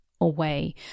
away